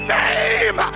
name